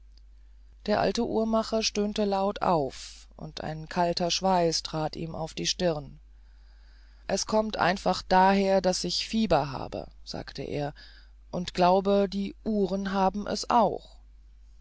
der alte uhrmacher stöhnte laut auf und ein kalter schweiß trat ihm auf die stirn es kommt einfach daher daß ich das fieber habe sagte er und ich glaube die uhren haben es auch